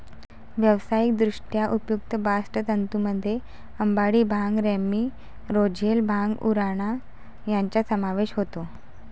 व्यावसायिकदृष्ट्या उपयुक्त बास्ट तंतूंमध्ये अंबाडी, भांग, रॅमी, रोझेल, भांग, उराणा यांचा समावेश होतो